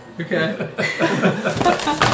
okay